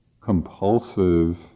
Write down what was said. compulsive